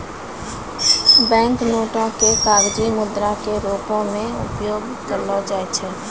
bank नोटो के कागजी मुद्रा के रूपो मे उपयोग करलो जाय छै